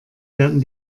werden